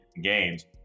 games